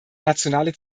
nationale